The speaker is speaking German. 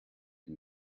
dem